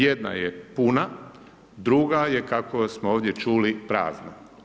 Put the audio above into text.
Jedna je puna, druga je kako smo ovdje čuli prazna.